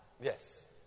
Yes